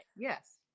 Yes